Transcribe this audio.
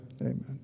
Amen